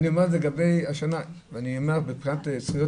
גם כאן, גם בדרך לתוכנית החדשה שתהיה, צריך משהו.